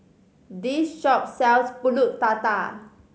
this shop sells Pulut Tatal